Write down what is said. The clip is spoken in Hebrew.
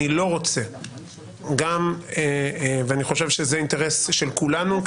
אני לא רוצה וגם אני חושב שזה אינטרס של כולנו,